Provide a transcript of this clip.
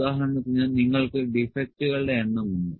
ഉദാഹരണത്തിന് നിങ്ങൾക്ക് ഡിഫെക്ടുകളുടെ എണ്ണം ഉണ്ട്